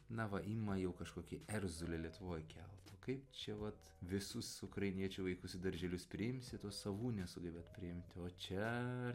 na va ima jau kažkokį erzulį lietuvoj kelt o kaip čia vat visus ukrainiečių vaikus į darželius priimsit o savų nesugebat priimti o čia